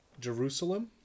Jerusalem